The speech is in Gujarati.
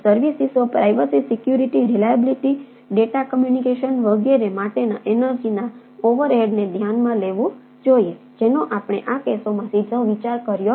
સર્વિસિસો પ્રાઇવસી ધ્યાનમાં લેવું જોઈએ જેનો આપણે આ કેસોમાં સીધો વિચાર કર્યો નથી